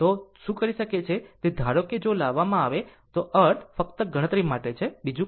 તો શું કરી શકે તે છે ધારો કે જો લાવવામાં આવે તો તેનો અર્થ ફક્ત ગણતરી માટે છે બીજું કંઇ નહીં